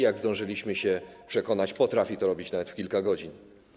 Jak zdążyliśmy się przekonać, potrafi to zrobić nawet w kilka godzin.